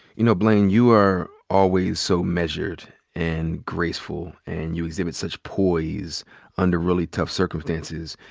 you know, blayne, you are always so measured and graceful, and you exhibit such poise under really tough circumstances.